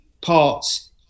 parts